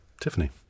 Tiffany